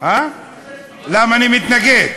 למה אתה מתנגד?